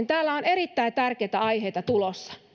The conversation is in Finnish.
täällä on erittäin tärkeitä aiheita tulossa